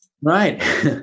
Right